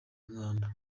umwanda